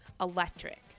Electric